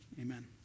amen